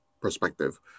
perspective